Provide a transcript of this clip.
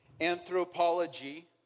Anthropology